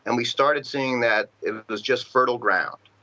and we started seeing that it was just fertile ground.